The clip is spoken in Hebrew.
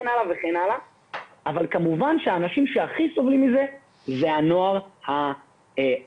אבל האנשים שהכי סובלים מזה זה הנוער החלש,